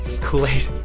kool-aid